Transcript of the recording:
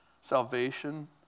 salvation